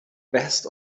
best